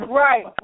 right